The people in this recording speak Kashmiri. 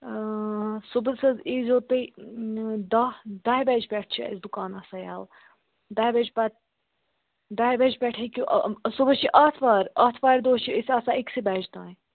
صُبحَس حظ ییٖزیو تُہۍ دَہ دَہہِ بَجہِ پٮ۪ٹھ چھِ اَسہِ دُکان آسان یَلہٕ دَہہِ بَجہِ پَتہٕ دَہہِ بَجہِ پٮ۪ٹھ ہیٚکِو صُبحَس چھِ آتھوار آتھوارِ دۄہ چھِ أسۍ آسان أکۍسٕے بَجہِ تام